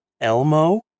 Elmo